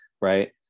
right